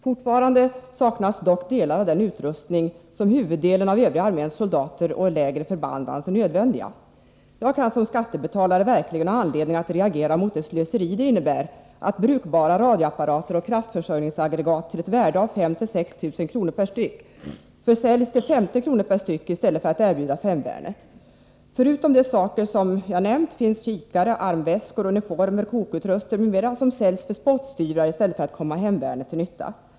Fortfarande saknas dock delar av den utrustning som huvuddelen av övriga arméns soldater och lägre förband anser nödvändiga. Jag kan som skattebetalare verkligen ha anledning att reagera mot det slöseri det innebär att brukbara radioapparater och kraftförsörjningsaggregat till ett värde av 5000-6 000 kr. st. i stället för att komma hemvärnet till nytta. Förutom de saker jag nu nämnt finns kikare, armväskor, uniformer, kokutrustning etc. som säljs för spottstyvrar i stället för att komma hemvärnet till nytta.